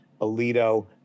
Alito